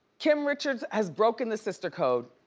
kim richards has broken the sister code,